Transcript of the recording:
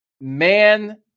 man